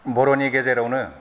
बर'नि गेजेरावनो